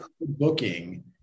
booking